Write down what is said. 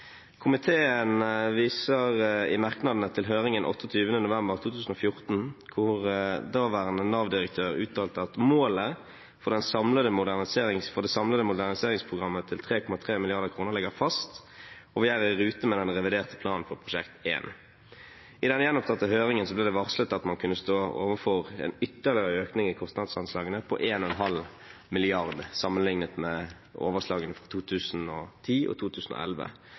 Komiteen viser i merknadene til høringen 28. november 2014, hvor daværende Nav-direktør uttalte «at målet for det samlede moderniseringsprogrammet til 3,3 mrd. kr ligger fast, og at vi er i rute med den reviderte planen for Prosjekt 1.» I den gjenopptatte høringen ble det varslet at man kunne stå overfor en ytterligere økning i kostnadsanslagene på 1,5 mrd. kr, sammenlignet med overslagene fra 2010 og 2011,